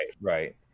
right